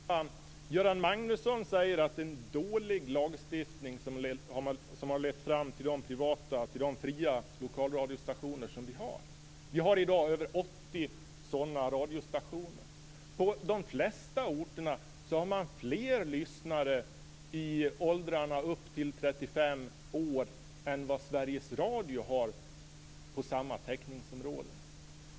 Fru talman! Göran Magnusson säger att det är en dålig lagstiftning som har lett fram till de fria lokalradiostationer som vi har. Vi har i dag över 80 sådana radiostationer. På de flesta orter har man fler lyssnare i åldrarna upp till 35 år än vad Sveriges Radio har på samma täckningsområde.